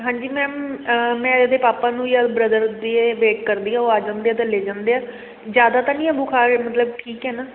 ਹਾਂਜੀ ਮੈਮ ਮੈਂ ਇਹਦੇ ਪਾਪਾ ਨੂੰ ਜਾਂ ਬ੍ਰਦਰ ਦੀ ਏ ਵੇਟ ਕਰਦੀ ਹਾਂ ਉਹ ਆ ਜਾਂਦੇ ਤਾਂ ਲੈ ਜਾਂਦੇ ਆ ਜ਼ਿਆਦਾ ਤਾਂ ਨਹੀਂ ਹੈ ਬੁਖਾਰ ਮਤਲਬ ਠੀਕ ਹੈ ਨਾ